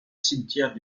cimetière